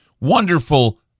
wonderful